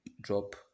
drop